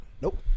Nope